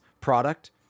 product